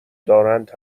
دارند